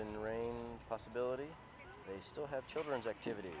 and rain possibility still have children's activities